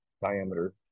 diameter